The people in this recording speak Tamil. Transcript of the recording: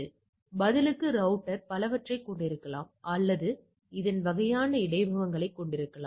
எனவே பதிலுக்கு ரவுட்டர் பலவற்றைக் கொண்டிருக்கலாம் அல்லது இந்த வகையான இடைமுகங்களைக் கொண்டிருக்கலாம்